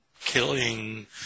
killing